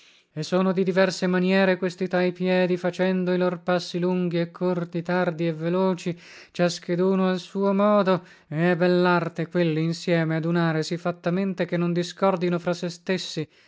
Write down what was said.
e lorazione e sono di diverse maniere questi tai piedi facendo i lor passi lunghi e corti tardi e veloci ciascheduno al suo modo e è bellarte quelli insieme adunare sì fattamente che non discordino fra sé stessi